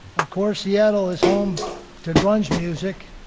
of course, seattle is home to grunge music,